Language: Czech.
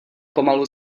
pomalu